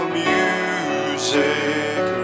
music